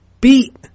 beat